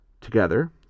Together